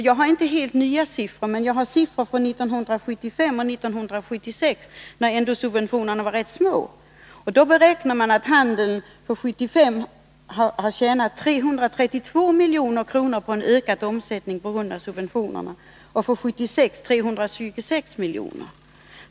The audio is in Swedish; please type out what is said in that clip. Jag har inte helt nya siffror, men jag har siffror från 1975 och 1976, när ändå subventionerna var ganska små. Man beräknar att handeln för 1975 har tjänat 332 milj.kr. på en ökad omsättning på grund av subventionerna och för 1976 326 milj.kr.